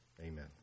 Amen